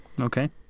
okay